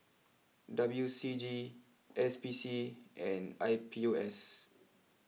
W C G S P C and I P O S